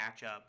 matchup